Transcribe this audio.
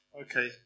Okay